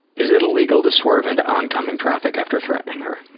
is it illegal to swerve into oncoming traffic after threatening her?